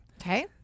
okay